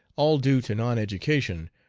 all due to non-education,